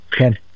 Okay